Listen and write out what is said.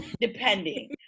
depending